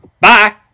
Bye